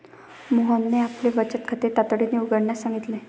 मोहनने आपले बचत खाते तातडीने उघडण्यास सांगितले